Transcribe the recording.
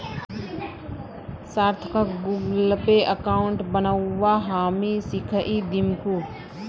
सार्थकक Google Pay account बनव्वा हामी सीखइ दीमकु